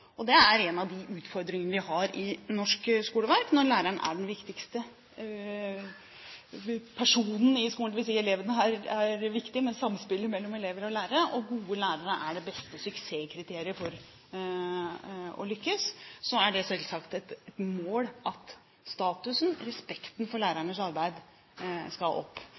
En av de utfordringene vi har i norsk skoleverk, når læreren er den viktigste personen i skolen – og elevene er viktige – er samspillet mellom elever og lærere. Gode lærere er det beste suksesskriteriet for å lykkes, og det er selvsagt et mål at statusen, respekten for lærernes arbeid, skal opp.